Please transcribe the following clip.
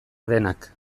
denak